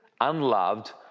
unloved